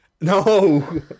no